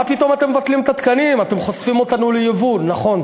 מה פתאום אתם מבטלים את התקנים,